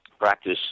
practice